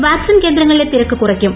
vaccine കേന്ദ്രങ്ങളിലെ തിരക്ക് കുറയ്ക്കും